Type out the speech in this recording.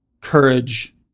courage